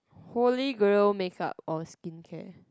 Holy Grail makeup or skincare